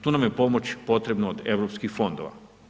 Tu nam je pomoć potrebna od europskih fondova.